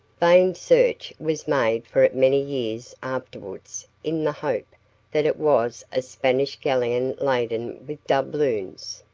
vain search was made for it many years afterwards in the hope that it was a spanish galleon laden with doubloons.